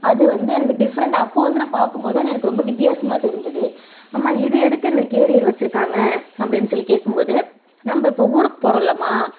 அது வந்து அந்த டிஃப்ரெண்ட் அப்போது வந்து நான் பார்க்கும்போது அது எனக்கு ரொம்ப வித்தியாசமாக தெரிஞ்சுது அம்மா இது எதுக்கு இந்த கேரியர் வச்சுருக்காங்க அப்படின்னு சொல்லி கேட்கும்போது நம்ம இப்போ ஊருக்கு போகிறோம் இல்லைம்மா